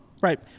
Right